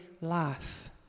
life